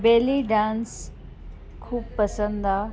बेली dance ख़ूबु पसंदि आहे